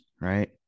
right